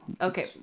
Okay